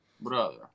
Brother